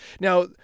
Now